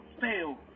fail